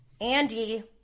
Andy